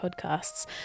podcasts